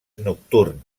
nocturn